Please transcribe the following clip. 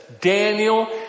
Daniel